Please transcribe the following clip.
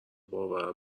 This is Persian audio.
باور